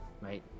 right